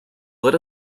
let